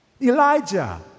Elijah